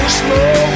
slow